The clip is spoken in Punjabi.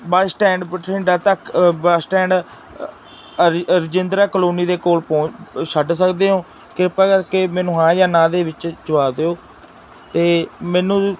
ਬਸ ਸਟੈਂਡ ਬਠਿੰਡਾ ਤੱਕ ਬਸ ਸਟੈਂਡ ਰ ਰਜਿੰਦਰਾ ਕਲੋਨੀ ਦੇ ਕੋਲ ਪੋ ਛੱਡ ਸਕਦੇ ਹੋ ਕਿਰਪਾ ਕਰਕੇ ਮੈਨੂੰ ਹਾਂ ਜਾਂ ਨਾਂਹ ਦੇ ਵਿੱਚ ਜਵਾਬ ਦਿਓ ਅਤੇ ਮੈਨੂੰ